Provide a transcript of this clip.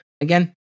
again